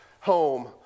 home